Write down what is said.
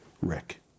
Rick